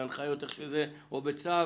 בהנחיות או בצו